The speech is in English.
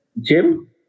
Jim